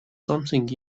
something